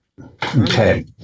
Okay